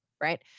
right